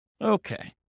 Okay